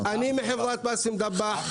אני מחברת פאסים דבאח,